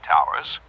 Towers